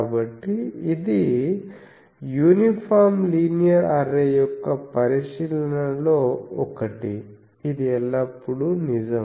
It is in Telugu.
కాబట్టి ఇది యూనిఫామ్ లీనియర్ అర్రే యొక్క పరిశీలనలలో ఒకటి ఇది ఎల్లప్పుడూ నిజం